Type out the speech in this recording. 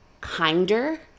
kinder